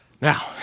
Now